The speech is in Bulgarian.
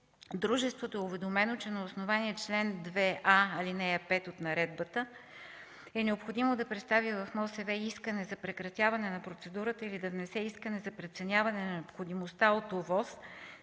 дружеството е уведомено, че на основание чл. 2а, ал. 5 от наредбата е необходимо да представи в МОСВ искане за прекратяване на процедурата или да внесе искане за преценяване на необходимостта от ОВОС